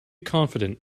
confident